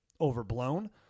overblown